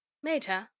meta,